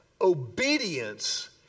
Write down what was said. obedience